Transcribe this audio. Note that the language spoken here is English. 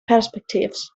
perspectives